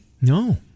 No